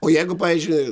o jeigu pavyzdžiui